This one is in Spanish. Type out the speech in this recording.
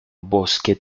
bosque